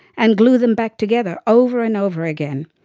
and glue them back together over and over again.